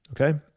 okay